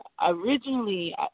originally